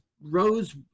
Rose